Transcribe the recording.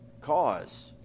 cause